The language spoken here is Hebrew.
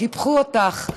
קיפחו אותך,